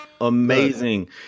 Amazing